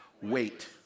Wait